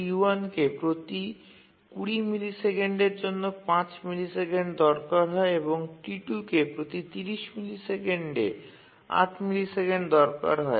T1 কে প্রতি ২০ মিলিসেকেন্ডের জন্য ৫ মিলিসেকেন্ড দরকার হয় এবং T2 কে প্রতি ৩০ মিলিসেকেন্ডে ৮ মিলিসেকেন্ড দরকার হয়